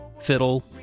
fiddle